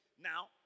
Now